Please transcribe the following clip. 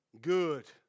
Good